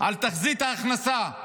על תחזית ההכנסה,